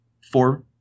four